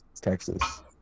Texas